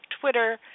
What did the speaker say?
Twitter